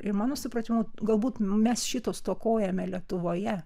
ir mano supratimu galbūt mes šito stokojame lietuvoje